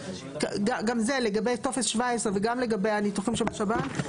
גם לגבי טופס 17 וגם לגבי הניתוחים שבשב"ן,